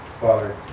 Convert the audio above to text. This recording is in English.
Father